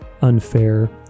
unfair